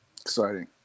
exciting